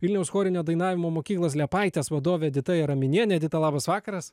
vilniaus chorinio dainavimo mokyklos liepaitės vadovė edita jaraminienė edita labas vakaras